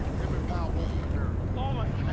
him and pau both in the mirror ah like